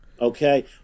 okay